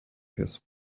his